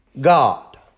God